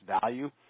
value